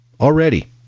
already